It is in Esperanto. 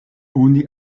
oni